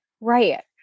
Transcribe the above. Right